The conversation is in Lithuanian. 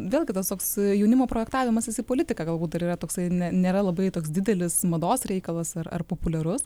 vėlgi tas toks jaunimo projektavimas jis į politiką galbūt dar yra toksai nėra labai toks didelis mados reikalas ar populiarus